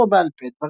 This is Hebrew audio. בכתב או בעל פה,